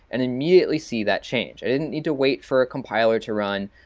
and immediately see that change. i didn't need to wait for a compiler to run.